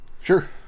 Sure